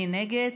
מי נגד?